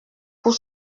pour